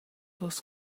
los